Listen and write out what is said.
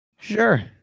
sure